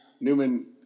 Newman